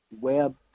web